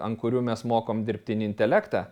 an kurių mes mokom dirbtinį intelektą